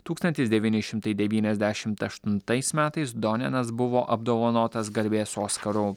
tūkstantis devyni šimtai devyniasdešimt aštuntais metais donenas buvo apdovanotas garbės oskaru